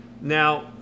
Now